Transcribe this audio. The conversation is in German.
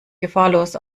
gefahrlos